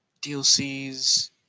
DLCs